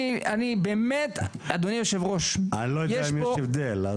אני לא יודע אם יש הבדל.